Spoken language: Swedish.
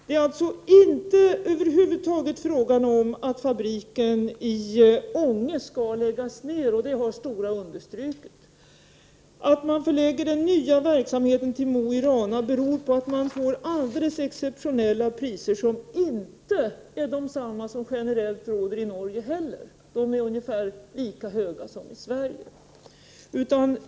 Det är alltså över huvud taget inte fråga om att fabriken i Ånge skall läggas ned; det har också Stora understrukit. Att man förlägger den nya verksamhe ten till Mo i Rana beror på att man får alldeles exceptionella priser, som inte är desamma som generellt råder i Norge; där är priserna lika höga som i Sverige.